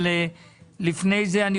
אבל לפני כן,